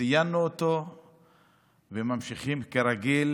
ציינו אותו וממשיכים כרגיל